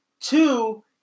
Two